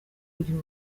kugira